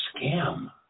scam